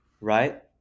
right